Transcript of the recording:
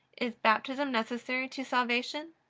is baptism necessary to salvation?